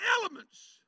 elements